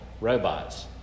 robots